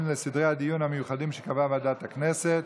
לסדרי הדיון המיוחדים שקבעה ועדת הכנסת.